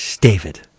David